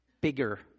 bigger